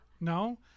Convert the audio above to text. No